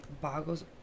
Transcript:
Boggles